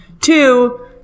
Two